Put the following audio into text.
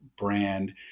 brand